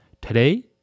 today